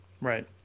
Right